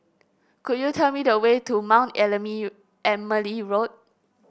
could you tell me the way to Mount Emily Road